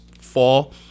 fall